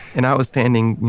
and i was standing, you